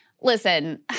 Listen